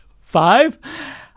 Five